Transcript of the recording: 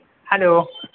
hello